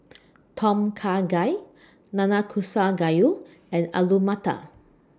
Tom Kha Gai Nanakusa Gayu and Alu Matar